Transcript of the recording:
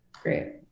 Great